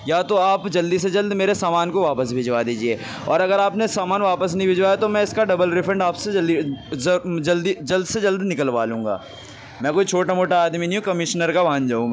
یا تو آپ جلدی سے جلد میرے سامان کو واپس بھجوا دیجیے اور اگر آپ نے سامان واپس نہیں بھجوایا تو میں اس کا ڈبل ریفنڈ آپ سے جلد سے جلد نکلوا لوں گا میں کوئی چھوٹا موٹا آدمی نہیں ہوں کمشنر کا بھانجا ہوں میں